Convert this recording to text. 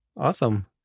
Awesome